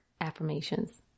affirmations